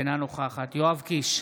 אינה נוכחת יואב קיש,